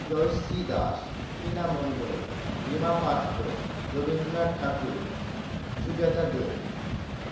Jayashree Das Tina Mondal Rima Patra Rabindranath Tagore Sujata দে